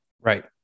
Right